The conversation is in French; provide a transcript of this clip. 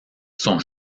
son